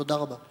תודה רבה.